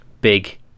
big